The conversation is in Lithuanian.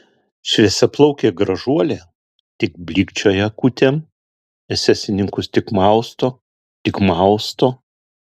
šviesiaplaukė gražuolė tik blykčioja akutėm esesininkus tik mausto tik mausto